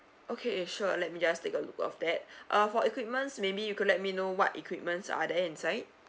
okay sure let me just take a look of that uh for equipments maybe you could let me know what equipments are there inside